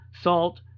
salt